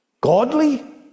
Godly